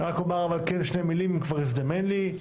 אני רק אומר שתי מילים אם כבר הזדמן לי,